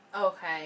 Okay